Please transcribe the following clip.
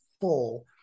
full